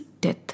death